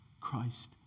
Christ